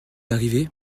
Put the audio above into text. arrivé